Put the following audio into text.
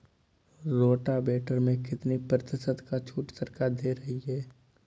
Rotavator में कितनी प्रतिशत का छूट सरकार दे रही है?